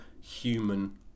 human